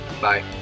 Bye